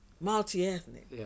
Multi-ethnic